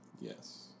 Yes